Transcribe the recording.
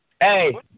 Hey